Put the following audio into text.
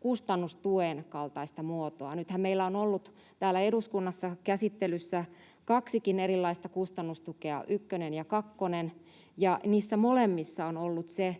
kustannustuen kaltaista muotoa. Nythän meillä on ollut täällä eduskunnassa käsittelyssä kaksikin erilaista kustannustukea, on ykkönen ja kakkonen. Niissä molemmissa on ollut se